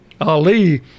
Ali